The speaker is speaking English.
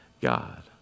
God